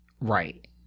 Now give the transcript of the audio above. Right